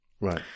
Right